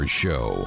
show